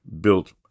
built